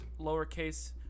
lowercase